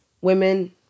women